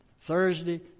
Thursday